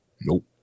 Nope